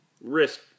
Risk